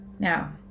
Now